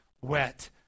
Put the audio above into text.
wet